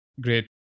Great